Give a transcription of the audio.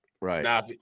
Right